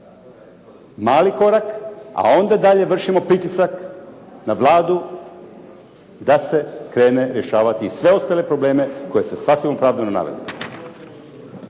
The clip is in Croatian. mali korak, a onda dalje vršimo pritisak na Vladu da se krene rješavati sve ostale probleme koji ste sasvim opravdano naveli.